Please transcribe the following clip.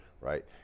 right